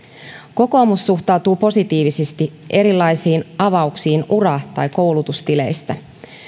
kokoomus suhtautuu positiivisesti erilaisiin avauksiin ura tai koulutustileistä